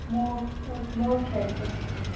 mos most welcome